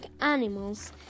animals